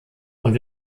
und